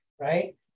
right